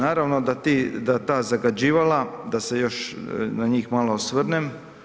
Naravno da ti, da ta zagađivala, da se još na njih malo osvrnem.